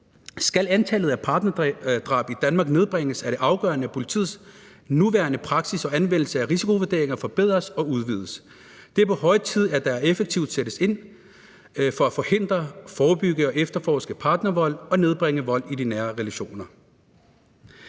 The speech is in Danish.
Skal antallet af partnerdrab i Danmark nedbringes, er det afgørende, at politiets nuværende praksis og anvendelse af risikovurderinger forbedres og udvides. Det er på høje tid, at der effektivt sættes ind for at forhindre, forebygge og efterforske partnervold og nedbringe vold i de nære relationer.